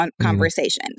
conversation